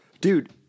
Dude